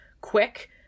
quick